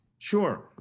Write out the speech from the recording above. Sure